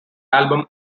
album